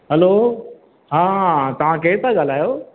hello हा तव्हां केरु था ॻाल्हायो